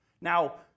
Now